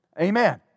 Amen